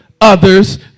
others